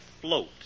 float